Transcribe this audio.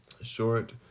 Short